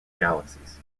galaxies